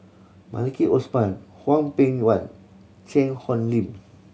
Maliki Osman Hwang Peng Yuan Cheang Hong Lim